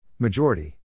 Majority